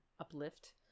uplift